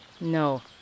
No